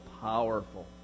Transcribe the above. powerful